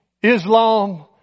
Islam